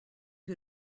who